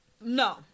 No